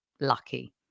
lucky